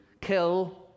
kill